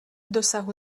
dosahu